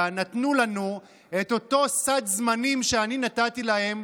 נתנו לנו את אותו סד זמנים שאני נתתי להם.